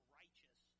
righteous